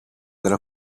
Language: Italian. della